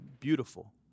beautiful